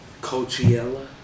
Coachella